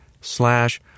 slash